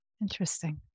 Interesting